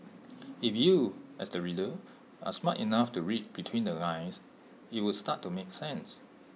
if you as the reader are smart enough to read between the lines IT would start to make sense